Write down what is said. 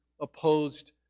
opposed